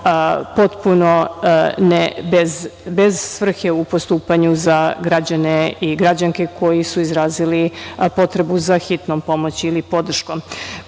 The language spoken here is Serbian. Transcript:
potpuno bez svrhe u postupanju za građane i građanke koji su izrazili potrebu za hitnom pomoći ili podrškom.U